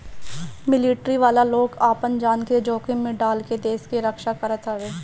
military वाला लोग आपन जान के जोखिम में डाल के देस के रक्षा करत हवे